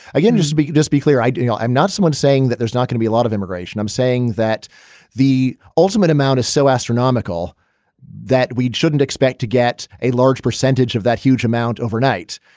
again, just to just be clear, i do know i'm not someone saying that there's not gonna be a lot of immigration. i'm saying that the ultimate amount is so astronomical that we shouldn't expect to get a large percentage of that huge amount overnight.